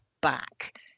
back